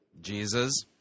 jesus